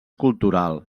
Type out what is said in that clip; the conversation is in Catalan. cultural